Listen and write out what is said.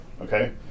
Okay